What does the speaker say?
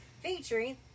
featuring